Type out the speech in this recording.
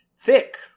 thick